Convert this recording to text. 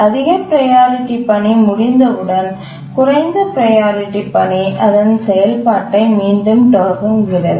அதிக ப்ரையாரிட்டி பணி முடிந்தவுடன்குறைந்த ப்ரையாரிட்டி பணி அதன் செயல்பாட்டை மீண்டும் தொடங்குகிறது